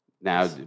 Now